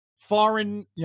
foreign